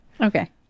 Okay